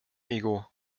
ego